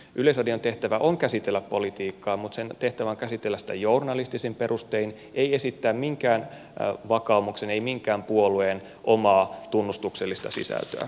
yleisradion tehtävä on käsitellä politiikkaa mutta sen tehtävä on käsitellä sitä journalistisin perustein ei esittää minkään vakaumuksen ei minkään puolueen omaa tunnustuksellista sisältöä